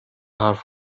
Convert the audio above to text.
حرف